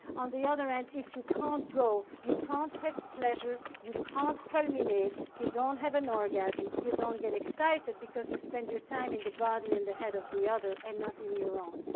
on the other hand and if you can't go, you can't have pleasure, you can't culminate, you don't have an orgasm, you don't get excited because you spend your time in the body and the head of the other and not in your own.